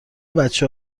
بچه